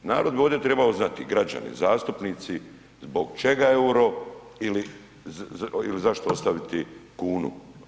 Narod bi ovdje trebao znati i građani i zastupnici, zbog čega euro ili zašto ostaviti kunu.